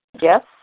yes